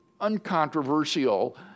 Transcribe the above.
uncontroversial